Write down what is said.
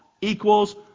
equals